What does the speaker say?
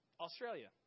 Australia